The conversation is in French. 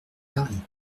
paris